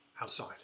outside